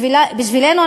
בשבילנו,